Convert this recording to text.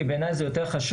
כי בעיניי זה לא פחות חשוב.